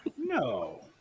No